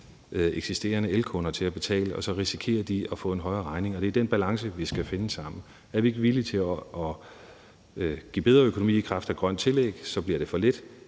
eksisterende elkunder til at betale, og så risikerer de at få en højere regning. Det er den balance, vi skal finde sammen. Er vi ikke villige til at give bedre økonomi i kraft af et grønt tillæg, bliver det for lidt,